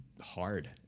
hard